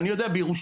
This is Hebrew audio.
אני יודע בירושלים,